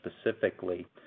specifically